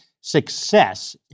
success